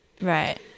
Right